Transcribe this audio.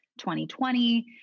2020